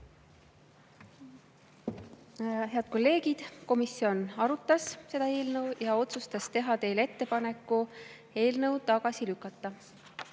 Head kolleegid! Rahanduskomisjon arutas seda eelnõu ja otsustas teha teile ettepaneku eelnõu tagasi lükata.